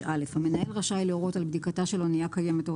המנהל רשאי להורות על בדיקתה של אנייה קיימת או